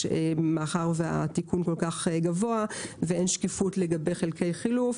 כי התיקון כל כך גבוה ואין שקיפות לגבי חלקי חילוף.